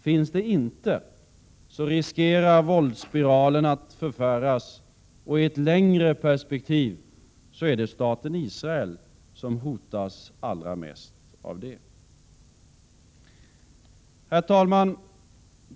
Finns det inte, riskerar våldsspiralen att förvärras. I ett längre perspektiv är det staten Israel som hotas allra mest av det. Herr talman!